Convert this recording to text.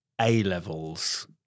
A-levels